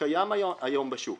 שקיים היום בשוק.